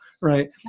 Right